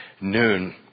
noon